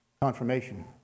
confirmation